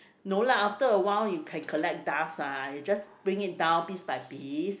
no lah after awhile you can collect dust what you just bring it down piece by piece